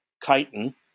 chitin